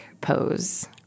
pose